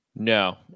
No